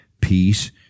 peace